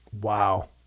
Wow